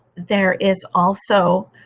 there is also,